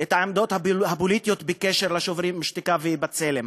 הפוליטיות בקשר ל"שוברים שתיקה" ו"בצלם"?